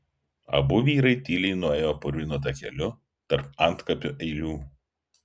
abu vyrai tyliai nuėjo purvinu takeliu tarp antkapių eilių